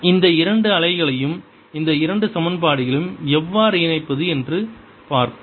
இந்த இரண்டு அலைகளையும் இந்த இரண்டு சமன்பாடுகளையும் எவ்வாறு இணைப்பது என்று பார்ப்போம்